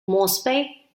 moresby